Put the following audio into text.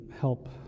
help